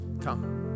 come